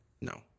No